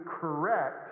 correct